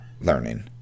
learning